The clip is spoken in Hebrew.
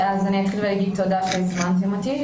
אני אתחיל ואגיד תודה שהזמנתם אותי.